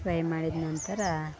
fry ಮಾಡಿದ ನಂತರ